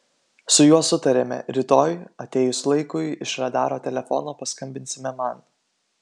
su juo sutarėme rytoj atėjus laikui iš radaro telefono paskambinsime man